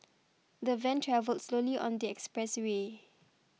the van travelled slowly on the expressway